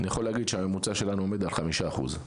אני יכול להגיד שהממוצע שלנו עומד על חמישה אחוז.